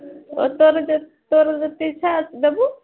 ତୋର ତୋର ଯେତେ ଇଚ୍ଛା ଦେବୁ